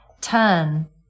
turn